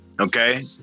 Okay